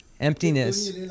emptiness